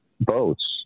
boats